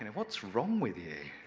and what's wrong with you?